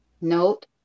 Note